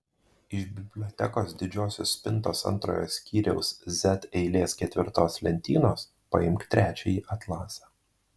iš bibliotekos didžiosios spintos antrojo skyriaus z eilės ketvirtos lentynos paimk trečiąjį atlasą